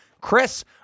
Chris